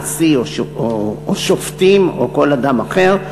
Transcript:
נשיא או שופטים או כל אדם אחר,